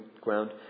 ground